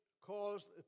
calls